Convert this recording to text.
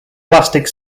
plastic